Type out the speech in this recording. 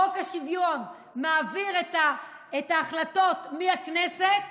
חוק השוויון מעביר את ההחלטות מהכנסת